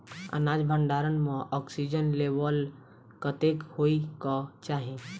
अनाज भण्डारण म ऑक्सीजन लेवल कतेक होइ कऽ चाहि?